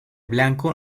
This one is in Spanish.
blanco